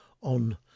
on